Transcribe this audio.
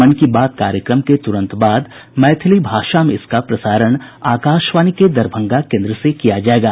मन की बात कार्यक्रम के त्रंत बाद मैथिली भाषा में इसका प्रसारण आकाशवाणी के दरभंगा केन्द्र से किया जायेगा